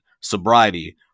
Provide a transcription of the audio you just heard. sobriety